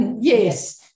Yes